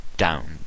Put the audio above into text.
down